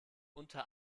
unter